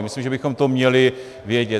Myslím, že bychom to měli vědět.